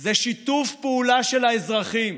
זה שיתוף פעולה של האזרחים,